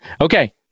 Okay